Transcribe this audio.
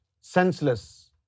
senseless